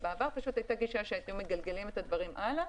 ובעבר הייתה גישה שפשוט שמגלגלים את הדברים הלאה,